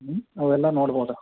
ಹ್ಞೂ ಅವೆಲ್ಲ ನೋಡ್ಬೌದು